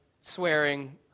swearing